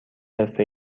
حرفه